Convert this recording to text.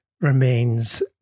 remains